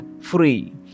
free